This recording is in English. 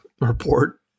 report